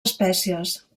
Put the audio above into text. espècies